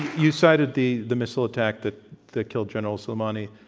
you cited the the missile attack that that killed general soleimani.